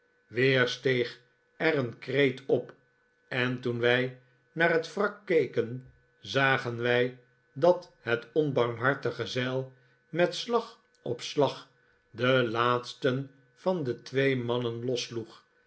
weer steeg er een kreet op en toen wij naar het wrak keken zagen wij dat het onbarmhartige zeil met slag op slag den laatsten van de twee mannen